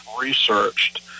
researched